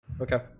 Okay